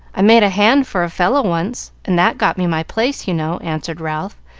i made a hand for a fellow once, and that got me my place, you know, answered ralph,